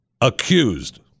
accused